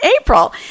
April